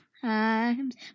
Times